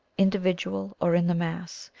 individ ual or in the mass,